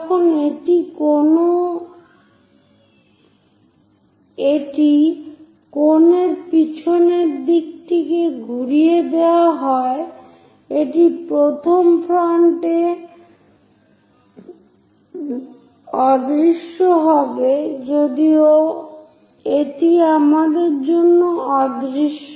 যখন এটি কোন এর পিছনের দিকটি ঘুরিয়ে দেওয়া হয় এটি প্রথম ফ্রন্টে অদৃশ্য হবে যদিও এটি আমাদের জন্য অদৃশ্য